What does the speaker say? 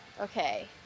Okay